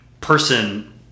person